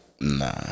Nah